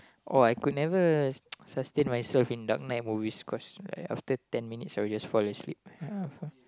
oh I could never sustain myself in Dark Knight movies after ten minutes I'll just fall asleep